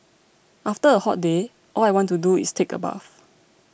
after a hot day all I want to do is take a bath